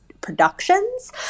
Productions